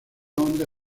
onda